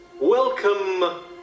Welcome